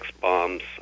bombs